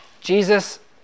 Jesus